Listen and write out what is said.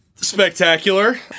spectacular